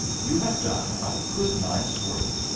you have done a good night's work.